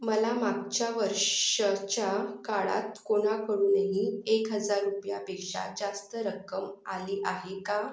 मला मागच्या वर्षाच्या काळात कोणाकडूनही एक हजार रुपयापेक्षा जास्त रक्कम आली आहे का